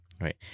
right